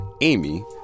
Amy